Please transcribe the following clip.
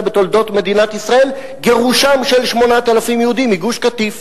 בתולדות מדינת ישראל גירושם של 8,000 יהודים מגוש-קטיף.